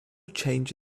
change